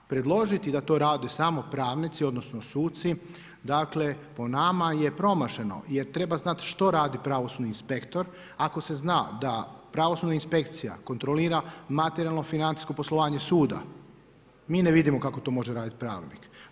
Predložiti da to rade samo pravnici, odnosno suci, dakle po nama je promašeno jer treba znati što radi pravosudni inspektor ako se zna da pravosudna inspekcija kontrolira materijalno financijsko poslovanje suda, mi ne vidimo kako to može raditi pravnik.